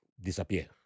disappear